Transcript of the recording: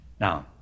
Now